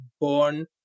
born